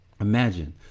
Imagine